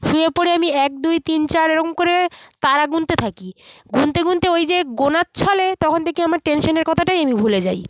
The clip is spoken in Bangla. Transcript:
শুয়ে পড়ে আমি এক দুই তিন চার এরকম করে তারা গুনতে থাকি গুনতে গুনতে ওই যে গোনার ছলে তখন দেখি আমার টেনশনের কথাটাই আমি ভুলে যাই